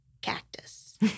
cactus